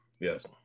yes